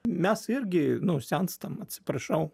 mes irgi nu senstame atsiprašau